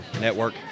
network